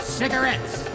cigarettes